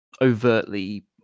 overtly